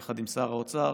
יחד עם שר האוצר,